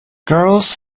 girls